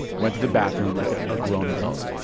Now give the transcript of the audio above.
went to the bathroom like a ah grown adult.